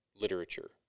literature